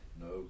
No